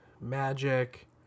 magic